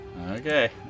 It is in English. Okay